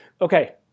Okay